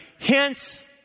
Hence